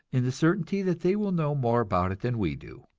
in the certainty that they will know more about it than we do.